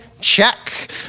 Check